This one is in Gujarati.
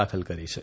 દાખલ કરી છે